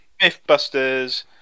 Mythbusters